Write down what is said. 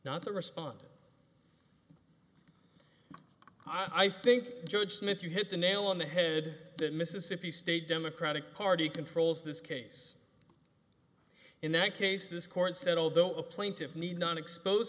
not to respond i think judge smith you hit the nail on the head to mississippi state democratic party controls this case in that case this court said although a plaintiff need not expose